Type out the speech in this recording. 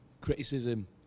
criticism